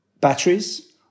Batteries